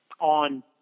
on